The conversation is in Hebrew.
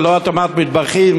ללא התאמת מטבחים,